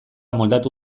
moldatu